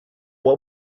what